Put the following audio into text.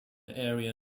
area